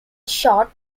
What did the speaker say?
shot